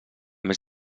més